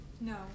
No